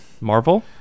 Marvel